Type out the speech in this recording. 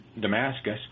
Damascus